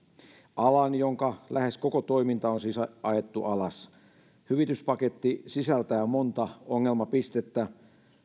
alan jonka lähes koko toiminta on siis ajettu alas hyvityspaketti sisältää monta ongelmapistettä